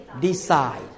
decide